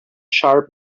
sharp